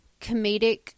comedic